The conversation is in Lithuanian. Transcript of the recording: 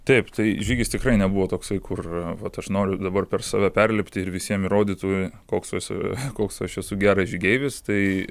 taip tai žygis tikrai nebuvo toksai kur vat aš noriu dabar per save perlipti ir visiem įrodyti koks esu koks aš esu gera žygeivis tai